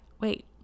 wait